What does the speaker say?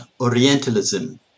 Orientalism